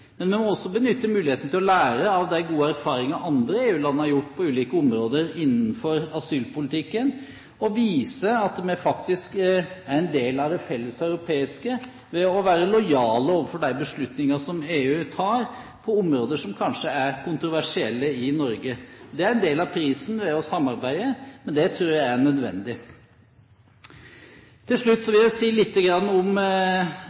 må også benytte muligheten til å lære av de gode erfaringene andre EU-land har gjort på ulike områder innenfor asylpolitikken, og vise at vi faktisk er en del av det felles europeiske ved å være lojale overfor de beslutningene som EU tar på områder som kanskje er kontroversielle i Norge. Det er en del av prisen ved å samarbeide, men det tror jeg er nødvendig. Til slutt vil jeg si litt om